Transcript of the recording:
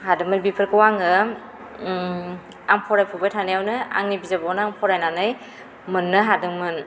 हादोंमोन बेफोरखौ आङो आं फरायफुबाय थानायावनो आंनि बिजाबावनो आं फरायनानै मोननो हादोंमोन